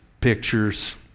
pictures